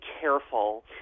careful